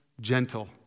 gentle